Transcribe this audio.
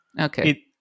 okay